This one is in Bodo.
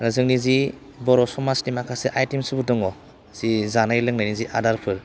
जोंनि जि बर' समाजनि माखासे आइटेमसफोर दङ जि जानाय लोंनाय जि आदारफोर